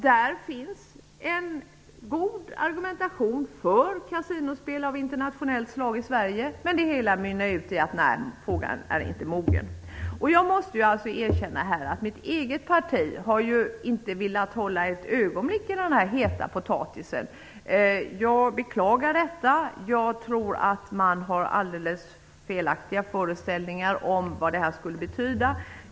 Där finns en god argumentation för kasinospel av internationellt slag i Sverige. Men det hela mynnar ut i att tiden inte är mogen. Jag måste erkänna att mitt eget parti inte ett ögonblick velat hålla i den här heta potatisen. Jag beklagar detta. Jag tror att man har alldeles felaktiga föreställningar om vad det här skulle betyda.